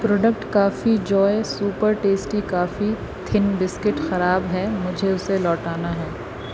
product coffee joy super tasty کافی تھن biscuit خراب ہے مجھے اسے لوٹانا ہے